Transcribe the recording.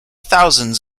thousands